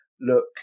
look